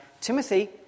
Timothy